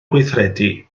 gweithredu